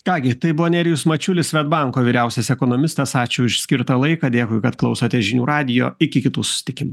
ką gi tai buvo nerijus mačiulis svedbanko vyriausias ekonomistas ačiū už skirtą laiką dėkui kad klausote žinių radijo iki kitų susitikimų